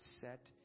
set